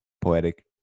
poetic